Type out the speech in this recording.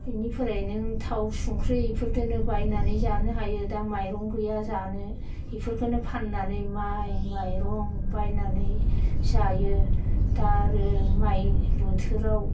बेनिफ्राय नों थाव संख्रि इफोरदोनो बायनानै जानो हायो दा माइरं गैया जानो इफोरखोनो फाननानै माइ माइरं बायनानै जायो दा आरो माइ बोथोराव